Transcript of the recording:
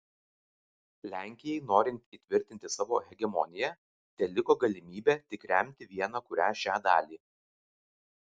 lenkijai norint įtvirtinti savo hegemoniją teliko galimybė tik remti vieną kurią šią dalį